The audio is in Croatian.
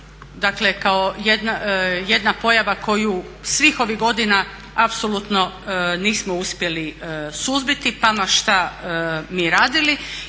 dakle kao jedna pojava koju svih ovih godina apsolutno nismo uspjeli suzbiti pa ma šta mi radili